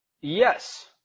Yes